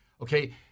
okay